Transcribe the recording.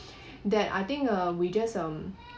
that I think uh we just um